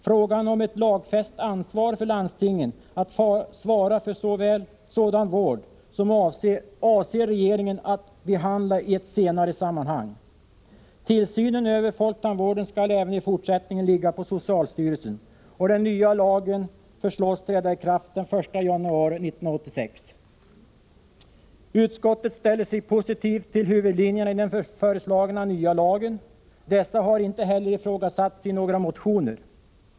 Frågan om ett lagfäst ansvar för landstingen att svara för sådan vård avser regeringen att behandla i ett senare sammanhang. Ansvaret för tillsynen över folktandvården skall även i fortsättningen ligga på socialstyrelsen. Den nya lagen föreslås träda i kraft den 1 januari 1986. Utskottet ställer sig positivt till huvudlinjerna i den föreslagna nya lagen. Dessa har inte heller ifrågasatts i några motioner.